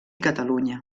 catalunya